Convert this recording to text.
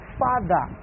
father